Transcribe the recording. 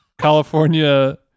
california